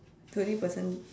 twenty person